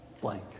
blank